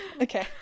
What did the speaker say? Okay